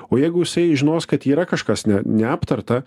o jeigu jisai žinos kad yra kažkas ne neaptarta